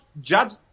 judge